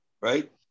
Right